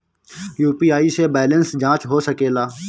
UPI से balance जाँच हो सके ला?